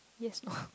yes go